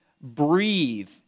breathe